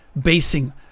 basing